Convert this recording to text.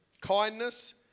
kindness